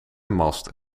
mast